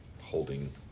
holding